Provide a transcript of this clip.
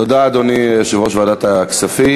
תודה, אדוני יושב-ראש ועדת הכספים.